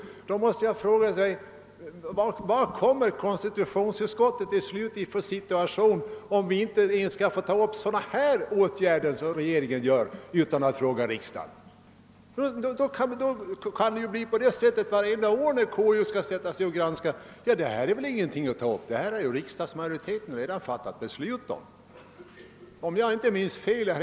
Jag måste då fråga: I viiken situation hamnar konstitutionsutskottet, om vi inte ens skall få uttala oss om de åtgärder regeringen vidtar utan att fråga riksdagen? Då kan det bli på det sättet vartenda år när konstitutionsutskottet skall göra sin granskning, att man säger att detta inte är någonting att ta upp, eftersom riksdagen redan fattat beslut i dessa frågor.